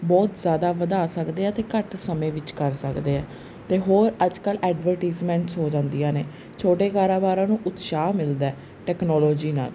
ਬਹੁਤ ਜ਼ਿਆਦਾ ਵਧਾ ਸਕਦੇ ਆ ਅਤੇ ਘੱਟ ਸਮੇਂ ਵਿੱਚ ਕਰ ਸਕਦੇ ਹੈ ਅਤੇ ਹੋਰ ਅੱਜ ਕੱਲ੍ਹ ਐਡਵਰਟਾਈਜਮੈਂਟ ਹੋ ਜਾਂਦੀਆਂ ਨੇ ਛੋਟੇ ਕਾਰੋਬਾਰਾਂ ਨੂੰ ਉਤਸ਼ਾਹ ਮਿਲਦਾ ਟੈਕਨੋਲੋਜੀ ਨਾਲ